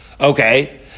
Okay